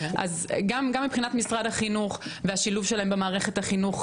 גם מבחינת משרד החינוך והשילוב שלהם במערכת החינוך,